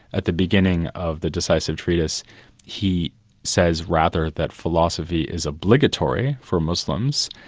at the beginning of the decisive treatise he says, rather, that philosophy is obligatory for muslims,